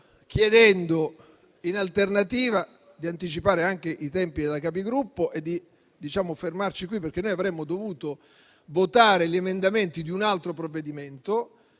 chiedendo, in alternativa, di anticipare anche i tempi della Conferenza dei Capigruppo e di fermarci qui, perché avremmo dovuto votare gli emendamenti di un altro provvedimento.